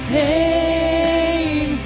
pain